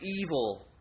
evil